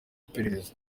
iperereza